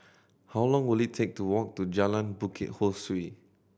how long will it take to walk to Jalan Bukit Ho Swee